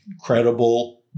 credible